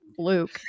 luke